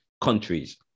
countries